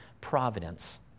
providence